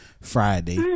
Friday